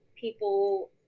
people